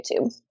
YouTube